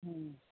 હ